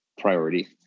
priority